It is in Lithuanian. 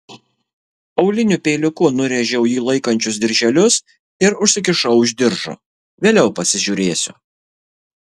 auliniu peiliuku nurėžiau jį laikančius dirželius ir užsikišau už diržo vėliau pasižiūrėsiu